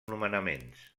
nomenaments